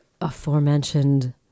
aforementioned